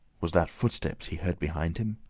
was that footsteps he heard behind him?